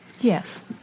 yes